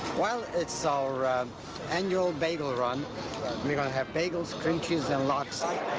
well, it's our um annual bagel run. we're gonna have bagels, cream cheese, and lox. like